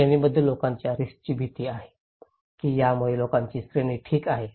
श्रेणीबद्ध लोकांच्या रिस्कची भीती आहे की यामुळे लोकांची श्रेणी ठीक आहे